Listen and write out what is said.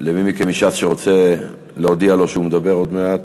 מי מכם מש"ס שרוצה להודיע לו שהוא מדבר עוד מעט,